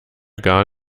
gar